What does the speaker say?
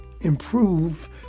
improve